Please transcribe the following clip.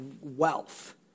wealth